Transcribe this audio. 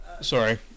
Sorry